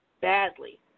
badly